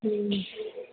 उम